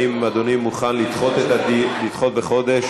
האם אדוני מוכן לדחות את הדיון בחודש?